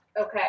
Okay